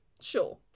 sure